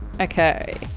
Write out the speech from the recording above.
Okay